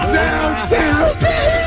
downtown